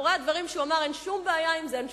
מאחורי הדברים שהוא אמר אין שום בעיה עם זה שהוא